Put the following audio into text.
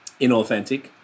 inauthentic